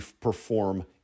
perform